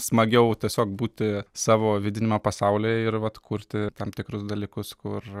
smagiau tiesiog būti savo vidiniame pasaulyje ir vat kurti tam tikrus dalykus kur